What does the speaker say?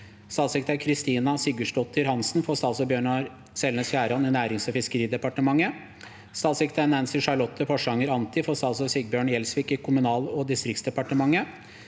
Statssekretær Kristina Sigurdsdottir Hansen for statsråd Bjørnar Selnes Skjæran i Nærings- og fiskeridepartementet. 11. Statssekretær Nancy Charlotte Porsanger Anti for statsråd Sigbjørn Gjelsvik i Kommunal- og distriktsdepartementet.